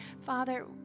father